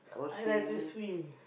I like to swim